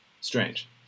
strange